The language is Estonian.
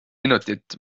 minutit